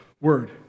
word